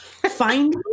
find